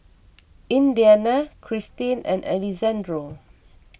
Indiana Kristyn and Alexandro